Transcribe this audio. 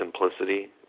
simplicity